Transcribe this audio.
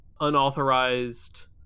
unauthorized